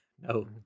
No